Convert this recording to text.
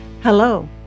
Hello